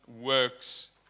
works